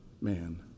man